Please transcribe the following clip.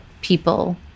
people